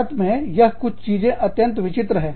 भारत में यह कुछ चीजें अत्यंत विचित्र हैं